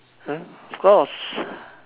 hmm of course